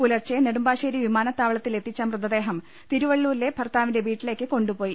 പുലർച്ചെ നെടുമ്പാശ്ശേരി വിമാനത്താവളത്തിലെത്തിച്ച മൃതദേഹം തിരുവള്ളൂരിലെ ഭർത്താവിന്റെ വീട്ടിലേക്ക് കൊണ്ടുപോ യി